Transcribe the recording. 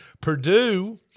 Purdue